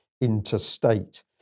interstate